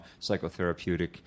psychotherapeutic